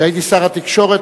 כשהייתי שר התקשורת,